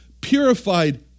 purified